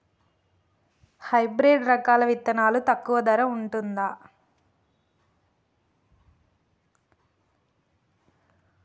Hybrid రకాల విత్తనాలు తక్కువ ధర ఉంటుందా?